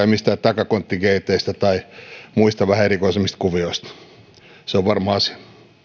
mistään takakontti gateista tai muista vähän erikoisemmista kuvioista se on varma asia